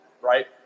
right